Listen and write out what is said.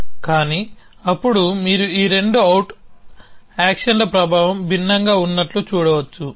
కానీఅప్పుడు మీరు ఈ రెండు అవుట్ యాక్షన్ల ప్రభావం భిన్నంగా ఉన్నట్లు చూడవచ్చు